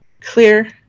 clear